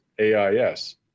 AIS